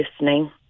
listening